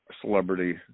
celebrity